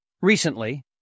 Recently